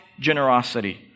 generosity